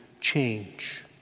change